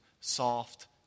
soft